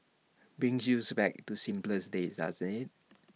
brings you's back to simpler days doesn't IT